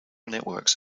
networks